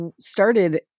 started